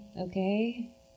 Okay